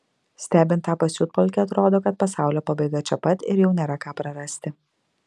stebint tą pasiutpolkę atrodo kad pasaulio pabaiga čia pat ir jau nėra ką prarasti